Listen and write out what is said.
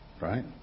Right